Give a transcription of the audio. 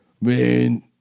man